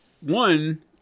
One